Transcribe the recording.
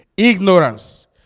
ignorance